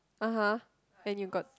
(uh huh) and you got